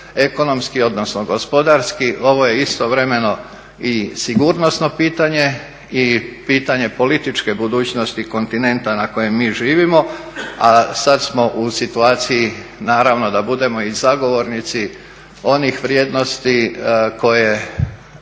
ekonomski, odnosno gospodarski, ovo je istovremeno i sigurnosno pitanje i pitanje političke budućnosti kontinenta na kojem mi živimo, a sada smo u situaciji naravno da budemo i zagovornici onih vrijednosti koje